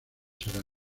será